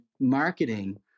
marketing